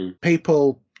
People